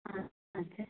ஆ ஆ சரி